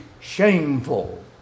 shameful